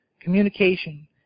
communication